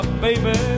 baby